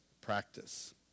practice